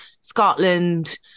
Scotland